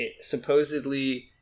supposedly